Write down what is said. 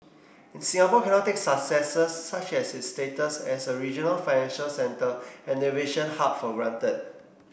and Singapore cannot take successes such as its status as a regional financial centre and aviation hub for granted